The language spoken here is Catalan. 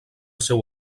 seu